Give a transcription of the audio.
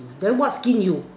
then what skin you